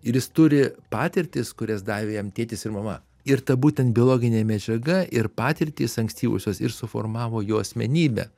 ir jis turi patirtis kurias davė jam tėtis ir mama ir ta būtent biologinė medžiaga ir patirtys ankstyvosios ir suformavo jo asmenybę